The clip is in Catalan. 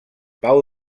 pau